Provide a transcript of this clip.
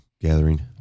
gathering